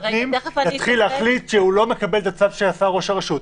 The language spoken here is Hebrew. יתחילו להחליט שהם לא מקבלים את הצו שעשה ראש הרשות.